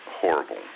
horrible